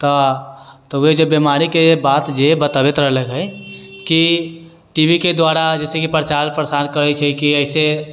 तऽ होइ छै बीमारीके बात जे बतेबे रहले हइ कि टी वी के द्वारा जइसेकि प्रचार प्रसार करै छी कि अइसे